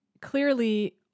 clearly